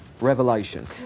Revelation